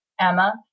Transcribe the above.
Emma